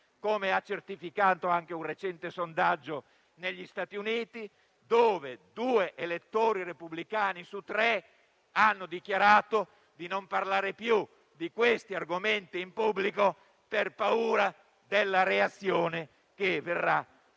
come ha certificato anche un recente sondaggio negli Stati Uniti, dove due elettori repubblicani su tre hanno dichiarato di non parlare più di questi argomenti in pubblico per paura della reazione che verrà